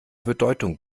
bedeutung